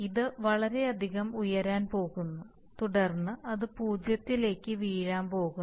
ഇത് വളരെയധികം ഉയരാൻ പോകുന്നു തുടർന്ന് അത് പൂജ്യത്തിലേക്ക് വീഴാൻ പോകുന്നു